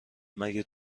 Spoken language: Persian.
مگه